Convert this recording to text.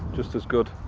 just as good.